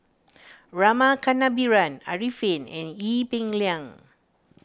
Rama Kannabiran Arifin and Ee Peng Liang